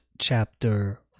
chapter